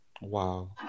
Wow